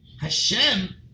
Hashem